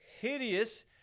hideous